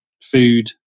food